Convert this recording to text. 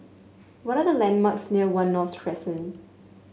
what are the landmarks near One North Crescent